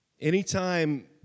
Anytime